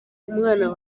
umwana